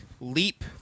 leap